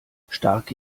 starke